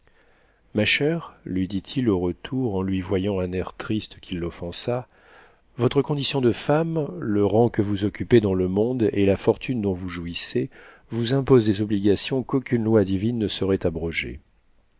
ma chère lui dit-il au retour en lui voyant un air triste qui l'offensa votre condition de femme le rang que vous occupez dans le monde et la fortune dont vous jouissez vous imposent des obligations qu'aucune loi divine ne saurait abroger